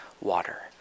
water